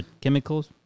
chemicals